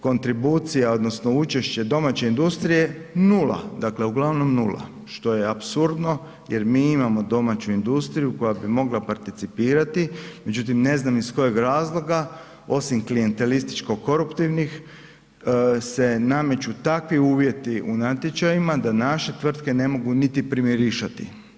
Kontribucija odnosno učešće domaće industrije, nula, dakle uglavnom nula što je apsurdno jer mi imamo domaću industriju koja bi mogla participirati međutim ne znam iz kojeg razloga osim klijentelističko-koruptivnih se nameću takvi uvjeti u natječajima da naše tvrtke ne mogu niti primirišati.